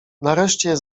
nareszcie